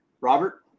Robert